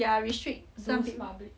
ya restrict something